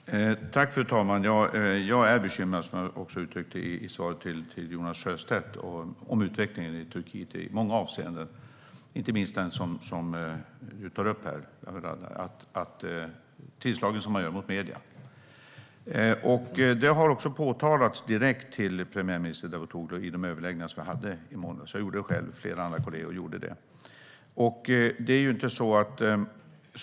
Fru talman! Jag är bekymrad över utvecklingen i Turkiet, vilket jag också uttryckte i svaret till Jonas Sjöstedt. Det gäller många avseenden, inte minst det du tar upp, Lawen Redar, nämligen tillslagen som görs mot medierna. Detta har också påtalats direkt till premiärminister Davutoglu i de överläggningar vi hade i måndags. Jag gjorde det själv, och flera andra kollegor gjorde det.